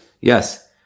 Yes